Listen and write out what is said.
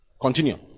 Continue